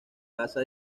casa